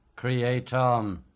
creator